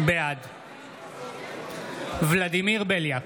בעד ולדימיר בליאק,